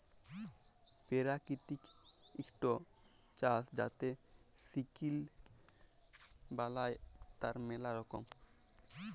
পেরাকিতিক ইকট চাস যাতে সিলিক বালাই, তার ম্যালা রকম